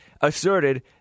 asserted